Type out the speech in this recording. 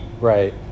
Right